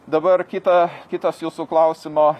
dabar kita kitas jūsų klausimo